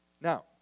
Now